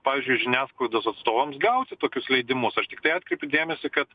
pavyzdžiui žiniasklaidos atstovams gauti tokius leidimus aš tiktai atkreipiu dėmesį kad